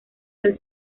del